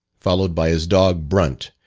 followed by his dog brunt,